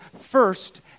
first